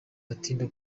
atinda